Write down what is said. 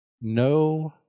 no